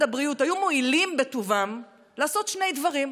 הבריאות היו מואילים בטובם לעשות שני דברים: